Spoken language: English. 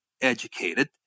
educated